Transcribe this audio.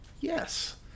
yes